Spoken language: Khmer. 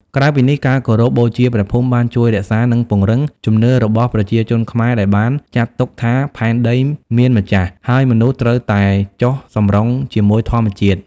ក្រៅពីនេះ ការគោរពបូជាព្រះភូមិបានជួយរក្សានិងពង្រឹងជំនឿរបស់ប្រជាជនខ្មែរដែលបានចាត់ទុកថាផែនដីមានម្ចាស់ ហើយមនុស្សត្រូវតែចុះសម្រុងជាមួយធម្មជាតិ។